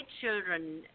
children